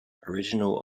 original